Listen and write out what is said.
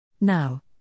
Now